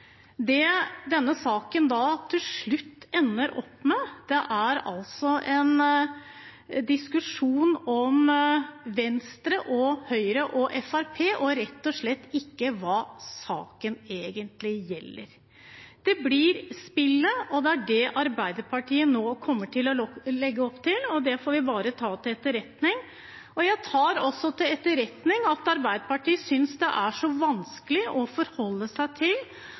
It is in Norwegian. Det denne saken da til slutt ender opp med, er en diskusjon om Venstre, Høyre og Fremskrittspartiet, og rett og slett ikke om hva saken egentlig gjelder. Det blir spillet, og det er det Arbeiderpartiet nå kommer til å legge opp til. Det får vi bare ta til etterretning. Jeg tar også til etterretning at Arbeiderpartiet synes det er så vanskelig å forholde seg til